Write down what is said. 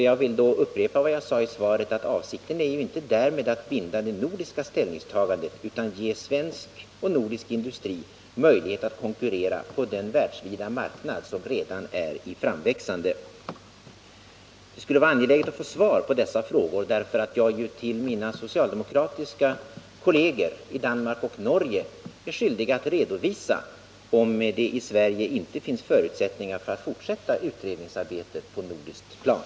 Jag vill upprepa vad jag sade i svaret, nämligen att avsikten därmed inte är att binda det nordiska ställningstagandet utan att ge svensk och nordisk industri möjlighet att konkurrera på den världsvida marknad som redan är i framväxande. Det skulle vara angeläget att få svar på dessa frågor, då jag till mina socialdemokratiska kolleger i Danmark och Norge är skyldig att redovisa om det i Sverige inte finns förutsättningar att fortsätta utredningsarbetet på nordiskt plan.